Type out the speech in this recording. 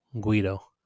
Guido